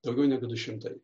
daugiau negu du šimtai